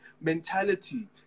mentality